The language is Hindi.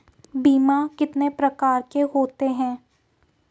बीमा कितने प्रकार के होते हैं?